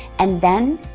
and then,